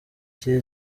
cye